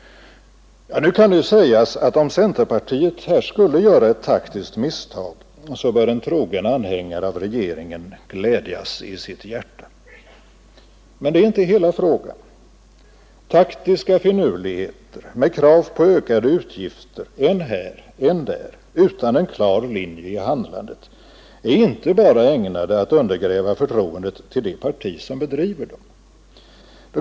Nu kan det sägas att om centerpartiet här skulle göra ett taktiskt misstag skulle en trogen anhängare av regeringen glädjas i sitt hjärta. Men det är inte hela frågan. Taktiska finurligheter med krav på ökade utgifter än här, än där utan en klar linje i handlandet är inte bara ägnade att undergräva förtroendet till det parti som bedriver detta spel.